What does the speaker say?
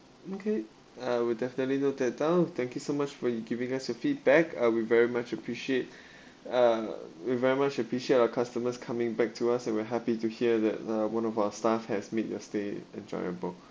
okay I will definitely note that down thank you so much for giving us a feedback uh we very much appreciate uh we very much appreciate our customers coming back to us and we're happy to hear that uh one of our staff has made your stay enjoyable